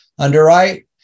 underwrite